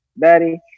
Daddy